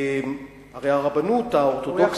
הרי הרבנות האורתודוקסית,